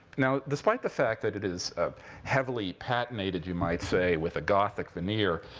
now, despite the fact that it is a heavily patinated, you might say, with a gothic veneer,